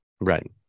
right